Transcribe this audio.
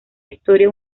historia